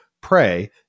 pray